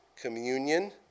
communion